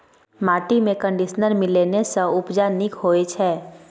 माटिमे कंडीशनर मिलेने सँ उपजा नीक होए छै